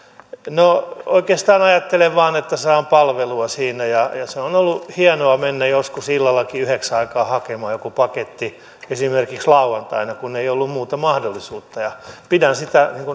no oikeastaan ajattelen vain että saan palvelua siinä se on ollut hienoa mennä joskus illallakin yhdeksän aikaan hakemaan joku paketti esimerkiksi lauantaina kun ei ollut muuta mahdollisuutta pidän sitä